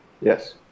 Yes